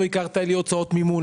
לא הכרת לי בהוצאות מימון.